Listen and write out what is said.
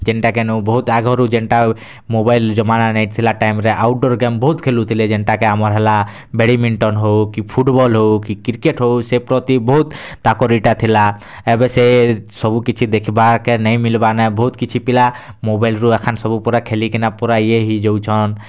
ଯେନ୍ଟା କେନ ବହୁତ୍ ଆଗ୍ରୁ ଯେନ୍ତା ମୋବାଇଲ୍ ଜମାନା ନାଇ ଥିଲା ଟାଇମ୍ ରେ ଆଉଟ୍ ଡ଼ୋର୍ ଗେମ୍ ବହୁତ୍ ଖେଲୁଥିଲେ ଯେନ୍ତା କେ ଆମର୍ ହେଲା ବେଡ଼୍ମିନ୍ଟନ୍ ହେଉ କି ଫୁଟବଲ୍ ହେଉ କି କ୍ରିକେଟ୍ ହେଉ ସେ ପ୍ରତି ବହୁତ୍ ତାଙ୍କର୍ ଇଟା ଥିଲା ଏବେ ସେ ସବୁ କିଛି ଦେଖ୍ବାର୍ କେ ନେଇ ମିଲ୍ବାର୍ ନା ବହୁତ୍ କିଛି ପିଲା ମୋବାଇଲ୍ ରୁ ଏଖେନ୍ ସବୁ ପୁରା ଖେଲିକିନା ପୁରା ଇଏ ହେଇଯାଉଛନ୍